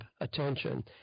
attention –